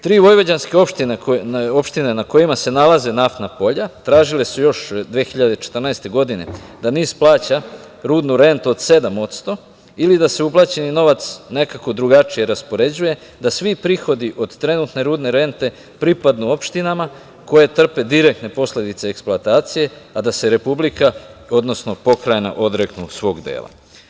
Tri vojvođanske opštine na kojima se nalaze naftna polja tražili su još 2014. godine da NIS plaća rudnu rentu od 7% ili da se uplaćeni novac nekako drugačije raspoređuje, da svi prihodi od trenutne rudne rente, pripadnu opštinama koje trpe direktne posledice eksploatacije, a da se Republika, odnosno Pokrajina odreknu svog dela.